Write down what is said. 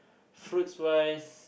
fruits wise